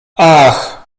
ach